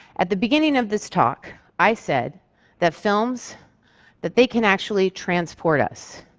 at the beginning of this talk, i said that films that they can actually transport us,